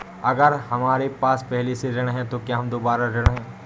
अगर हमारे पास पहले से ऋण है तो क्या हम दोबारा ऋण हैं?